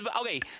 okay